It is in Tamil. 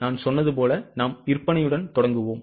நான் சொன்னது போல் நாம் விற்பனையுடன் தொடங்குவோம்